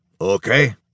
okay